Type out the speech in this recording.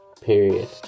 period